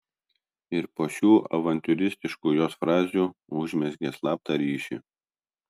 ir po šių avantiūristiškų jos frazių užmezgė slaptą ryšį